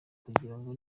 kugirango